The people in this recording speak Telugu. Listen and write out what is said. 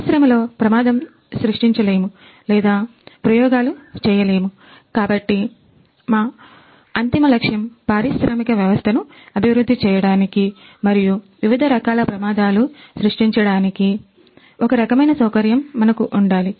పరిశ్రమలో ప్రమాదం సృష్టించలేము లేదా ప్రయోగాలు చేయలేము కాబట్టి మా అంతిమ లక్ష్యం పారిశ్రామిక వ్యవస్థను అభివృద్ధి చేయడానికి మరియు వివిధ రకాల ప్రమాదాలు సృష్టించడానికి ఒక రకమైన సౌకర్యం మనకు ఉండాలి